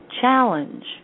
challenge